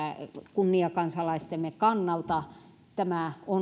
kunniakansalaistemme kannalta tämä on